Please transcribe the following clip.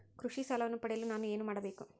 ಕೃಷಿ ಸಾಲವನ್ನು ಪಡೆಯಲು ನಾನು ಏನು ಮಾಡಬೇಕು?